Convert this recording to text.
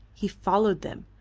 he followed them,